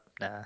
nah